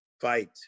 fight